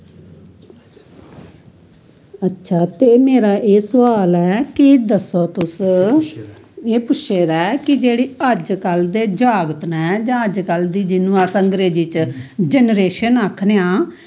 अच्छा ते मेरा एह् सोआल ऐ कि दस्सो तुस एह् पुच्छे दा ऐ कि अजकल दे जागत नै जां अजकल दी जिन्नू अस अंग्रेजी च जनरेशन आक्खने आं